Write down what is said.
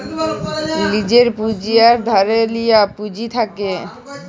লীজের পুঁজি আর ধারে লিয়া পুঁজি থ্যাকে